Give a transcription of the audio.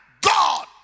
God